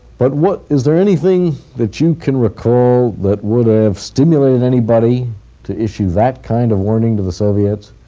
but what is there anything that you can recall that would ah have stimulated anybody to issue that kind of warning to the soviets?